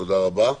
תודה רבה,